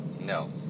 No